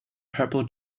purple